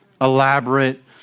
elaborate